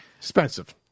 Expensive